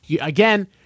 Again